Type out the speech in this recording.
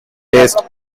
taste